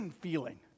feeling